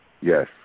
yes